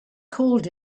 called